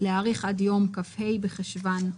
להאריך עד יום כ"ה בחשוון".